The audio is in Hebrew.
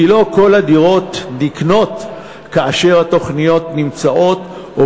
כי לא כל הדירות נקנות כאשר התוכניות נמצאות או,